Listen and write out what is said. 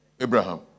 Abraham